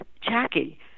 Jackie